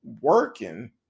working